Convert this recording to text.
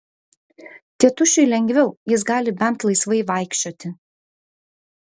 tėtušiui lengviau jis gali bent laisvai vaikščioti